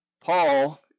Paul